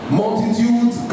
multitudes